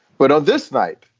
but on this night,